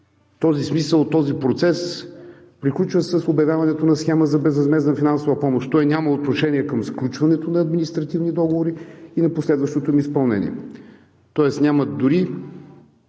този смисъл този процес приключва с обявяването на схема за безвъзмездна финансова помощ. Той няма отношение към сключването на административни договори и на последващото им изпълнение, тоест няма дори